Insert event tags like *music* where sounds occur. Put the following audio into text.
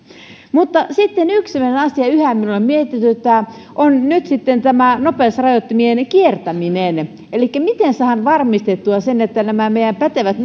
mutta sitten yksi semmoinen asia joka yhä minua mietityttää on nyt sitten tämä nopeusrajoittimien kiertäminen elikkä miten saadaan varmistettua se että nämä meidän pätevät *unintelligible*